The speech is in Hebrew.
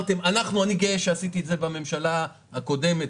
אני גאה שעשיתי את זה בממשלה הקודמת,